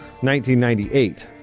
1998